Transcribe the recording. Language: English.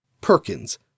Perkins